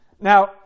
Now